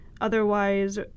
Otherwise